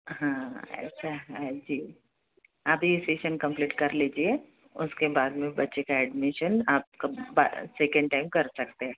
हाँ ऐसा हाँ जी आप ये सेशन कम्पलीट कर लीजिए उसके बाद में बच्चे का एडमिशन आप सेकेंड टाइम कर सकते हैं